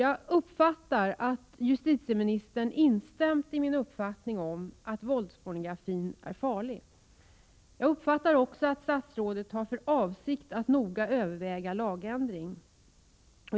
Jag uppfattar att justitieministern har instämt i min uppfattning om att våldspornografin är farlig. Jag uppfattar också att statsrådet har för avsikt att noga överväga en lagändring.